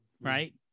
right